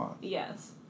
yes